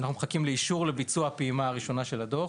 אנחנו מחכים לאישור לביצוע הפעימה הראשונה של הדו"ח.